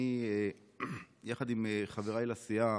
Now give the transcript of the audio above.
אני, יחד עם חבריי לסיעה,